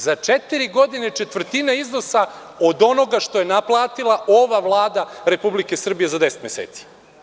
Za četiri godine četvrtina iznosa od onoga što je naplatila ova Vlada Republike Srbije za 10 meseci?